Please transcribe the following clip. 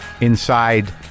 inside